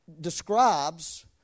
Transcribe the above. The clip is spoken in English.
describes